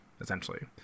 essentially